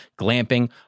glamping